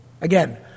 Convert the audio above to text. Again